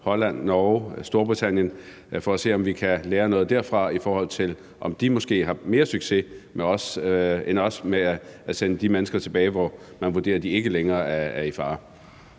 Holland, Norge og Storbritannien, for at se, om vi kan lære noget derfra, i forhold til om de måske har mere succes end os med at sende de mennesker tilbage, hvor man vurderer de ikke længere er i fare.